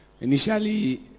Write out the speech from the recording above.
initially